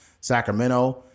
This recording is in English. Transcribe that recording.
Sacramento